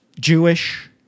Jewish